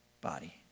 body